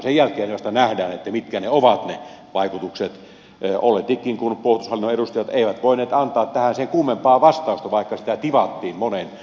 sen jälkeen vasta nähdään mitkä ne vaikutukset ovat olletikin kun puolustushallinnon edustajat eivät voineet antaa tähän sen kummempaa vastausta vaikka sitä tivattiin moneen otteeseen